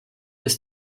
ist